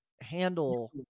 handle